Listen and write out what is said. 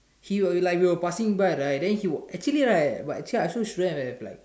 she will like we were passing by right then she actually right but actually I also shouldn't have like